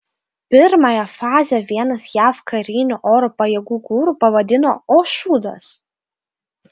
pirmąją fazę vienas jav karinių oro pajėgų guru pavadino o šūdas